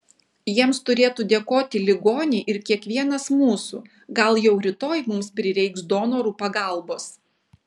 jiems turėtų dėkoti ligoniai ir kiekvienas mūsų gal jau rytoj mums prireiks donorų pagalbos